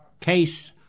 case